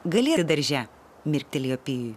gali ir darže mirktelėjo pijui